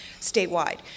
statewide